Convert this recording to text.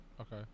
Okay